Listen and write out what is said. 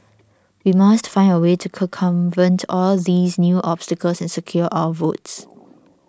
we must find a way to circumvent all these new obstacles and secure our votes